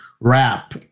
rap